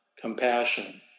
Compassion